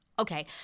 Okay